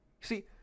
See